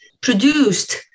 produced